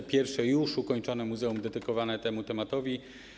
To pierwsze już ukończone muzeum dedykowane temu tematowi.